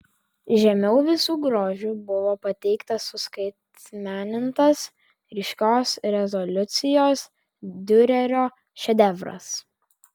žemiau visu grožiu buvo pateiktas suskaitmenintas ryškios rezoliucijos diurerio šedevras